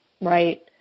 right